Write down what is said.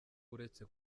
uretse